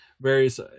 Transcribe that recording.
various